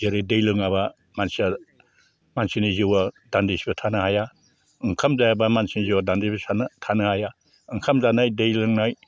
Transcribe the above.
जेरै दै लोङाबा मानसिया मानसिनि जिउआ दान्दिसेबो थानो हाया ओंखाम जायाबा मानसिनि जिउआ दान्दिसे थानो थानो हाया ओंखाम जानाय दै लोंनाय